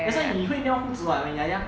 that's why 你会尿裤子 [what] when you are young